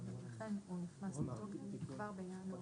אריאל